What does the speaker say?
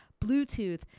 Bluetooth